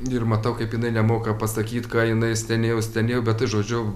ir matau kaip jinai nemoka pasakyti ką jinai stenėjo stenėjo bet tai žodžiu